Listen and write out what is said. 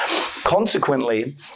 Consequently